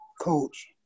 coach